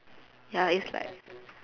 ya is like